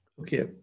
Okay